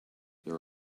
there